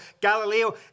Galileo